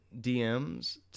DMs